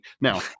Now